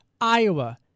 Iowa